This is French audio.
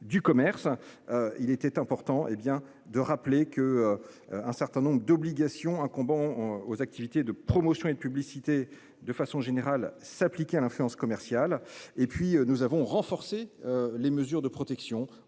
du commerce. Il était important, hé bien de rappeler que. Un certain nombre d'obligations incombant aux activités de promotion et de publicité. De façon générale s'appliquer à l'influence commerciale et puis nous avons renforcé les mesures de protection